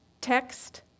text